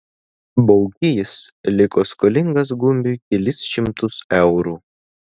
baukys liko skolingas gumbiui kelis šimtus eurų